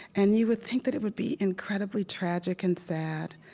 and you would think that it would be incredibly tragic and sad,